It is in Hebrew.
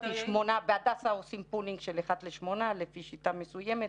בהדסה עושים פולינג של 1:8 לפי שיטה מסוימת.